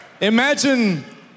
Imagine